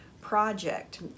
project